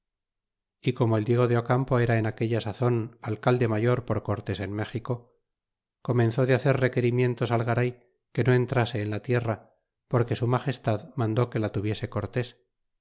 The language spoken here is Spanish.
y como el diego de campo era en aquella sazon alcal de mayor por cortés en méxico comenzó de hacer requerimientos al garay que no entrase en la tierra porque su magestad mandó quela tuviese cortés